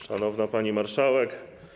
Szanowna Pani Marszałek!